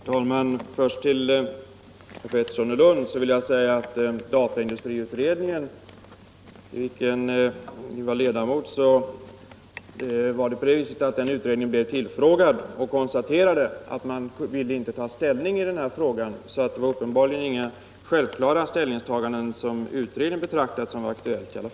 Herr talman! Herr Pettersson i Lund var ju ledamot av dataindustriutredningen, och den blev tillfrågad men konstaterade att den inte ville ta ställning i det här ärendet. Uppenbarligen betraktade utredningen inte några ställningstaganden som självklara.